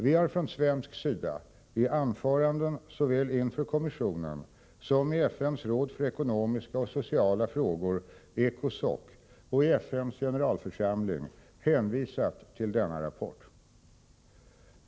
Vi har från svensk sida i anföranden såväl inför kommissionen som i FN:s råd för ekonomiska och sociala frågor och i FN:s generalförsamling hänvisat till denna rapport.